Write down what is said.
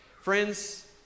Friends